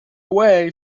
away